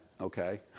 okay